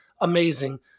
amazing